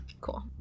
Cool